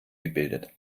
gebildet